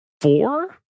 four